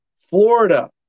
Florida